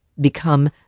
become